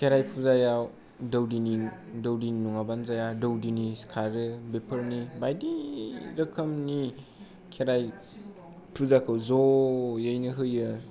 खेराय फुजायाव दौदिनि दौदिनि नङाबानो जाया दौदिनि खारो बेफोरनि बायदि रोखोमनि खेराइ फुजाखौ ज'यैनो होयो आरो